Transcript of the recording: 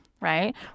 right